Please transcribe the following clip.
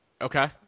Okay